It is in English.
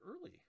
early